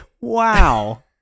Wow